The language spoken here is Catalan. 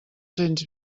cents